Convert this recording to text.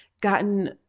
gotten